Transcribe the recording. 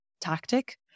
tactic